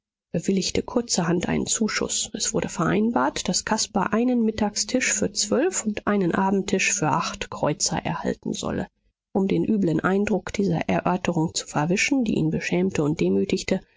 bewilligte kurzerhand einen zuschuß es wurde vereinbart daß caspar einen mittagstisch für zwölf und einen abendtisch für acht kreuzer erhalten solle um den übeln eindruck dieser erörterung zu verwischen die ihn beschämte und demütigte